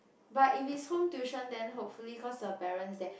but if it's home tuition then hopefully cause the parents there